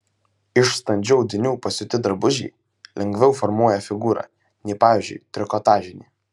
iš standžių audinių pasiūti drabužiai lengviau formuoja figūrą nei pavyzdžiui trikotažiniai